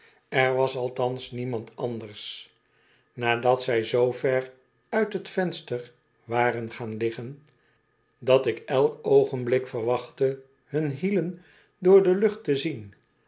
er was althans niemand anders nadat zij zoover uit t venster waren gaan liggen dat ik elk oogenblik verwachtte hunne hielen door de lucht te zien